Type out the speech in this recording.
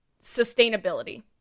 sustainability